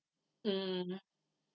mm